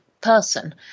person